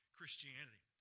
Christianity